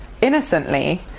Innocently